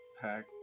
pack